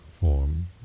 form